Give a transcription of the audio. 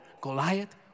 Goliath